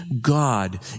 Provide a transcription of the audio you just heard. God